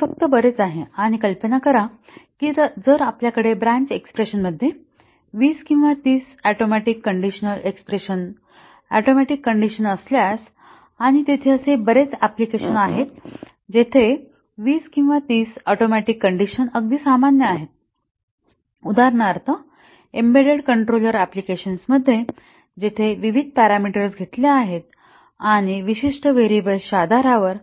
हे फक्त बरेच आहे आणि कल्पना करा की जर आपल्याकडे ब्रँच एक्स्प्रेशनमध्ये 20 किंवा 30 atomic conditional expression atomic condition असल्यास आणि तेथे असे बरेच अँप्लिकेशन्स आहेत जेथे 20 किंवा 30 ऍटोमिक कंडिशन अगदी सामान्य आहे उदाहरणार्थ एम्बेडेड कंट्रोलर अँप्लिकेशन्स मध्ये जेथे विविध पॅरामीटर्स घेतले आहेत आणि विशिष्ट व्हेरिएबल्सच्या आधारावर